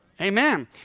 Amen